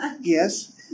Yes